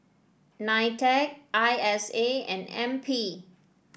Nitec I S A and N P